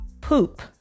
poop